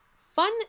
fun